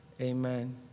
Amen